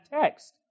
text